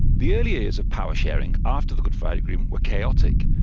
the early years of power-sharing, after the good friday agreement, were chaotic.